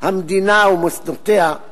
המדינה ומוסדותיה,